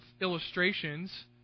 illustrations